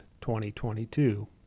2022